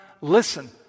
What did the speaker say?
listen